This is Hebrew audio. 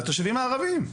התושבים הערבים,